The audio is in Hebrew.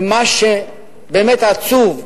ומה שבאמת עצוב,